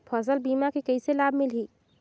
फसल बीमा के कइसे लाभ मिलही?